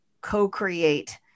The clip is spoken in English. co-create